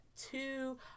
two